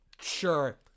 Sure